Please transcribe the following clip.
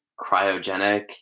cryogenic